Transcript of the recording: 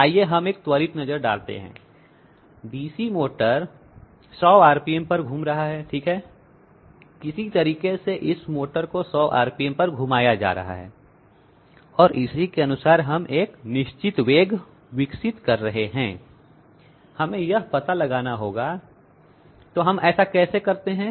आइए हम एक त्वरित नजर डालते हैं डीसी मोटर 100 RPM पर घूम रहा है ठीक है किसी तरीके से इस मोटर को 100 RPM पर घुमाया जा रहा है और इसी के अनुसार हम एक निश्चित वेग विकसित कर रहे हैं हमें यह पता लगाना होगा तो हम ऐसा कैसे करते हैं